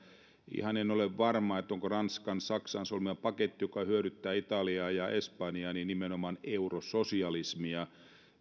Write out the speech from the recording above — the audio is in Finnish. ihan en ole varma onko ranskan saksan solmima paketti joka hyödyttää italiaa ja espanjaa nimenomaan eurososialismia